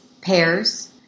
pears